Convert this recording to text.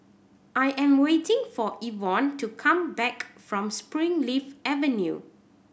I am waiting for Evon to come back from Springleaf Avenue